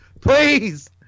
Please